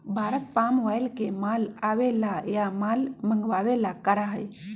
Bharat palm oil के माल आवे ला या माल मंगावे ला करा हई